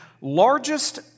largest